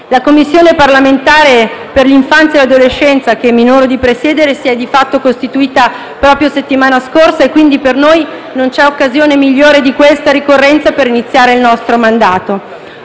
La Commissione parlamentare per l'infanzia e l'adolescenza, che mi onoro di presiedere, si è di fatto costituita proprio la settimana scorsa, quindi per noi non c'è occasione migliore di questa ricorrenza per iniziare il nostro mandato.